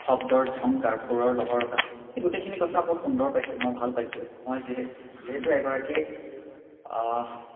শব্দৰ ঝংকাৰ সুৰৰ লহৰতা সেই গোটেইখিনি কথা বৰ সুন্দৰ পাইছোঁ মই ভাল পাইছোঁ মই যিহেতু যিহেতু এগৰাকী